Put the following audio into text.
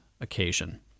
occasion